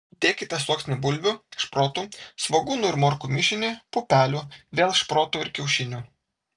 dėkite sluoksnį bulvių šprotų svogūnų ir morkų mišinį pupelių vėl šprotų ir kiaušinių